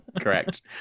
Correct